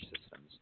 systems